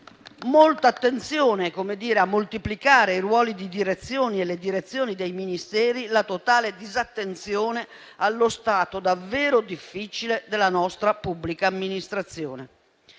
molta attenzione a moltiplicare i ruoli di direzione e le direzioni dei Ministeri, la totale disattenzione allo stato davvero difficile in cui versa la nostra pubblica amministrazione.